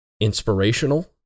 inspirational